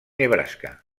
nebraska